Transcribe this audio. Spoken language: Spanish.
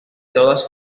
todas